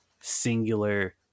singular